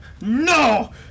No